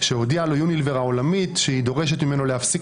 שהודיעה לו יוניליוור העולמית שהיא דורשת ממנו להפסיק